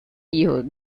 hijos